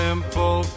Simple